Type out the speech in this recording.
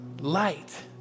light